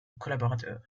collaborateurs